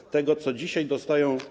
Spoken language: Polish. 1/4 tego, co dzisiaj dostają.